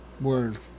Word